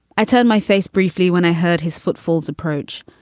i turned my face briefly when i heard his footfalls approach,